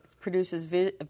produces